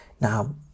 Now